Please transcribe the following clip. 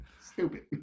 stupid